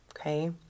Okay